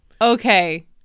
Okay